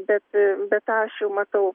bet bet tą aš matau